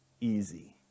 easy